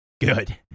Good